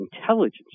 intelligence